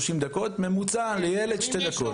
ממוצע לילד זה 2 דקות.